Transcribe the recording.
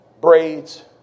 braids